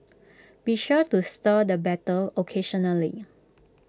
be sure to stir the batter occasionally